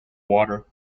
water